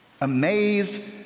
amazed